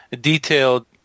detailed